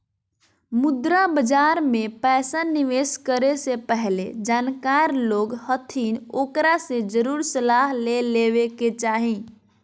मुद्रा बाजार मे पैसा निवेश करे से पहले जानकार लोग हथिन ओकरा से जरुर सलाह ले लेवे के चाही